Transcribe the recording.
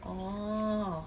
oo